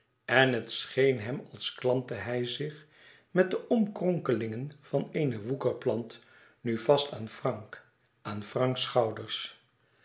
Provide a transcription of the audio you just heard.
en het scheen hem als klampte hij zich met de omkronkelingen van eene woekerplant nu vast aan frank aan franks schouders